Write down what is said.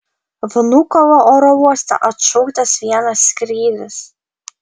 vnukovo oro uoste atšauktas vienas skrydis